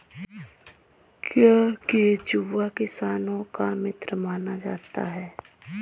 क्या केंचुआ किसानों का मित्र माना जाता है?